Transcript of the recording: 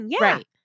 Right